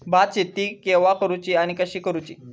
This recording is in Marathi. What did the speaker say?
भात शेती केवा करूची आणि कशी करुची?